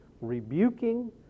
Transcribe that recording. rebuking